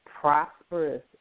prosperous